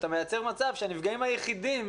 אתה יוצר מצב שהנפגעים היחידים